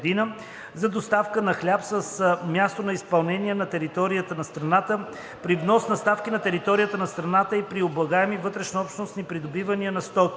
за доставка на хляб и брашно с място на изпълнение за територията на страната, при внос на стоки на територията на страната и при облагаеми вътрешнообщностни придобивания на стоки.“